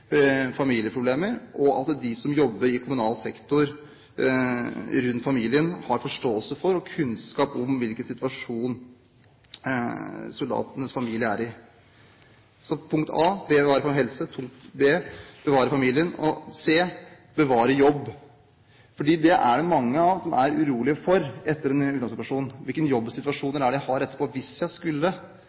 familieproblemer, og at de som jobber i kommunal sektor rundt familien, har forståelse for og kunnskap om hvilken situasjon soldatenes familie er i. Så punkt 1 dreier seg om det å ta vare på helsen, punkt 2 om det å bevare familien og punkt 3 om det å bevare jobben. Det er det mange som er urolige for etter en sykdomssituasjon – hvilken jobbsituasjon har jeg etterpå hvis jeg